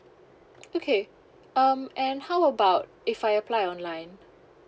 okay um and how about if I apply online